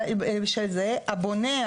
הבונה,